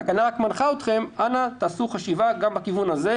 התקנה רק מנחה אתכם: אנא תעשו חשיבה גם בכיוון הזה,